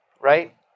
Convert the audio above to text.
right